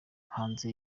hanze